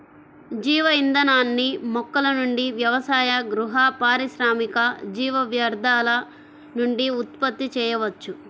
జీవ ఇంధనాన్ని మొక్కల నుండి వ్యవసాయ, గృహ, పారిశ్రామిక జీవ వ్యర్థాల నుండి ఉత్పత్తి చేయవచ్చు